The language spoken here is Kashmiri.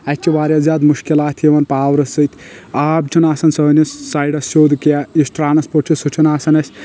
اسہِ چھِ واریاہ زیادٕ مشکِلات یِوان پاورٕ سۭتۍ آب چھُنہٕ آسان سٲنِس سایٚڈس سیوٚد کینٛہہ یُس ٹرانسپورٹ چھُ سُہ چھُنہٕ آسان اسہِ